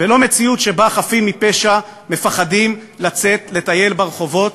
ולא מציאות שבה חפים מפשע מפחדים לצאת לטייל ברחובות,